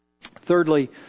Thirdly